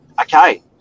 Okay